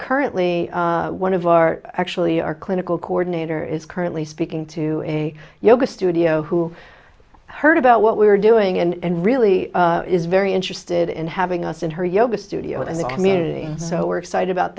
currently one of our actually our clinical coordinator is currently speaking to a yoga studio who heard about what we're doing and really is very interested in having us in her yoga studio in the community so we're excited about